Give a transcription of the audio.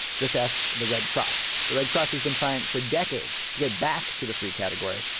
just ask the red cross. the red cross has been trying for decades to get back to the free category,